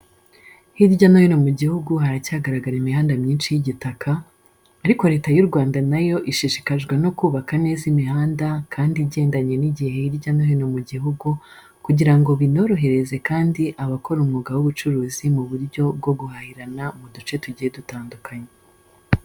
Hirya no hino mu gihugu haracyagaragara imihanda myinshi y'igitaka, ariko Leta y'u Rwanda na yo ishishikajwe no kubaka neza imihanda kandi igendanye n'igihe hirya no hino mu gihugu kugira ngo binorohereze kandi abakora umwuga w'ubucuruzi mu buryo bwo guhahirana mu duce tugiye dutandukanye.